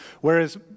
Whereas